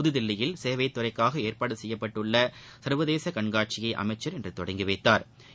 புதுதில்லியில் சேவை துறைக்காக ஏற்பாடு செய்யப்பட்டுள்ள சர்வதேச கண்காட்சியை அமைச்சா் இன்று தொடங்கி வைத்தாா்